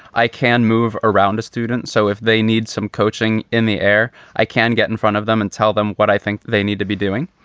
i can move around a student, so if they need some coaching in the air, i can get in front of them and tell them what i think they need to be doing.